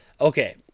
okay